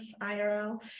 IRL